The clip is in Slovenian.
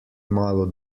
malo